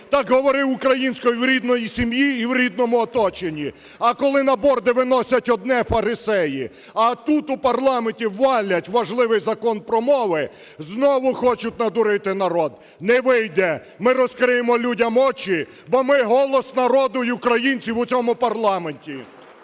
так говори українською в рідній сім'ї і в рідному оточенні. А коли на борди виносять одне фарисеї, а тут, у парламенті, валять важливий Закони про мови, знову хочуть надурити народ. Не вийде, ми розкриємо людям очі, бо ми голос народу і українців у цьому парламенті.